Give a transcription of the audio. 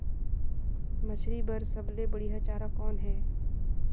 मछरी बर सबले बढ़िया चारा कौन हे?